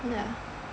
yeah